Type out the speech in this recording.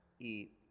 eat